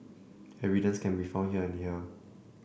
evidence can be found here and here